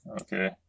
Okay